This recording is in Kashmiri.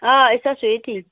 آ أسۍ حظ چھِ ییٚتی